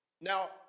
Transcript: Now